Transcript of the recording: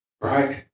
Right